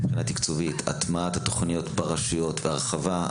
מבחינה תקצובית - הטמעת התוכניות ברשויות והרחבה.